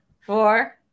four